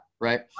Right